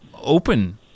open